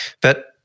But-